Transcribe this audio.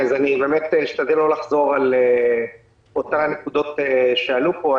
אשתדל לא לחזור על אותן נקודות שעלו פה.